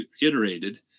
iterated